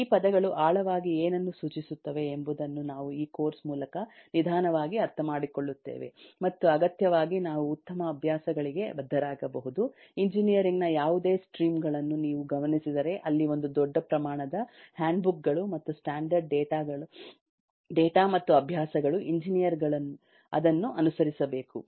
ಈ ಪದಗಳು ಆಳವಾಗಿ ಏನನ್ನು ಸೂಚಿಸುತ್ತವೆ ಎಂಬುದನ್ನು ನಾವು ಈ ಕೋರ್ಸ್ ಮೂಲಕ ನಿಧಾನವಾಗಿ ಅರ್ಥಮಾಡಿಕೊಳ್ಳುತ್ತೇವೆ ಮತ್ತು ಅಗತ್ಯವಾಗಿ ನಾವು ಉತ್ತಮ ಅಭ್ಯಾಸಗಳಿಗೆ ಬದ್ಧರಾಗಬಹುದು ಎಂಜಿನಿಯರಿಂಗ್ ನ ಯಾವುದೇ ಸ್ಟ್ರೀಮ್ ಗಳನ್ನು ನೀವು ಗಮನಿಸಿದರೆ ಅಲ್ಲಿ ಒಂದು ದೊಡ್ಡ ಪ್ರಮಾಣದ ಹ್ಯಾಂಡ್ಬುಕ್ ಗಳು ಮತ್ತು ಸ್ಟ್ಯಾಂಡರ್ಡ್ ಡೇಟಾ ಮತ್ತು ಅಭ್ಯಾಸಗಳು ಎಂಜಿನಿಯರ್ಗಳು ಅದನ್ನು ಅನುಸರಿಸಬೇಕು